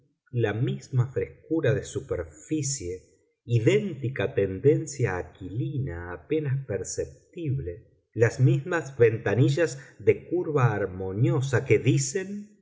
la misma frescura de superficie idéntica tendencia aquilina apenas perceptible las mismas ventanillas de curva armoniosa que dicen